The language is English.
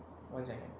one second